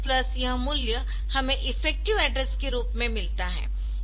इसलिए BX plus यह मूल्य हमें इफेक्टिव एड्रेसके रूप में मिलता है